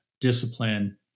discipline